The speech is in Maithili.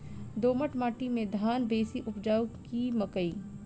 दोमट माटि मे धान बेसी उपजाउ की मकई?